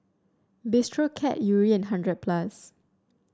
Bistro Cat Yuri and hundred plus